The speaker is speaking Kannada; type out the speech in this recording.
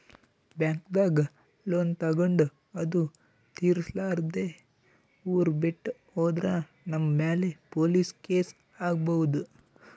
ಬ್ಯಾಂಕ್ದಾಗ್ ಲೋನ್ ತಗೊಂಡ್ ಅದು ತಿರ್ಸಲಾರ್ದೆ ಊರ್ ಬಿಟ್ಟ್ ಹೋದ್ರ ನಮ್ ಮ್ಯಾಲ್ ಪೊಲೀಸ್ ಕೇಸ್ ಆಗ್ಬಹುದ್